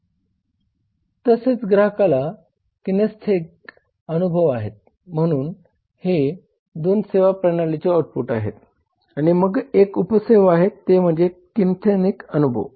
तसेच ग्राहकाला किनेस्थेटिक अनुभव आहे म्हणून हे 2 सेवा प्रणालीचे आउटपुट आहेत आणि मग एक उप सेवा आहे ते म्हणजे किनेस्थेटिक अनुभव